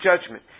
judgment